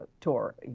tour